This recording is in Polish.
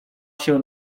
się